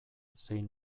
zein